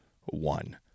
one